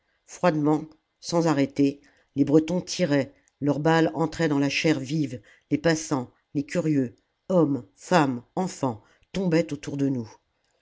froidement sans arrêter les bretons tiraient leurs balles entraient dans la chair la commune vive les passants les curieux hommes femmes enfants tombaient autour de nous